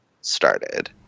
started